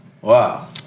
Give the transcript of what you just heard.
Wow